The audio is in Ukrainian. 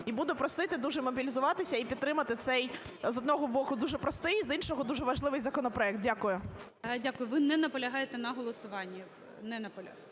і буду просити дуже мобілізуватися, і підтримати цей, з одного боку, дуже простий, з іншого, дуже важливий законопроект. Дякую. ГОЛОВУЮЧИЙ. Дякую. Ви не наполягаєте на голосуванні?